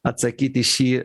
atsakyti į šį